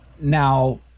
Now